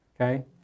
okay